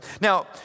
now